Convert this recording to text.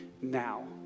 now